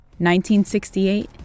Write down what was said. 1968